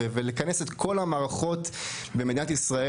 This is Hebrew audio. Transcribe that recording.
ומכנס את כל התשתיות של מדינת ישראל